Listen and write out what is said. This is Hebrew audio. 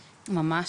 ממש,